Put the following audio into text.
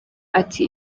ati